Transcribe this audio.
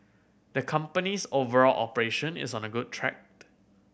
the company's overall operation is on a good track